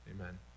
amen